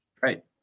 right